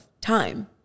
time